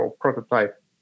prototype